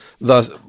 Thus